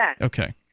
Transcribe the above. Okay